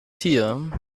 tier